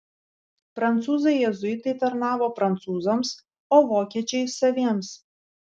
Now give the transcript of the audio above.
prancūzai jėzuitai tarnavo prancūzams o vokiečiai saviems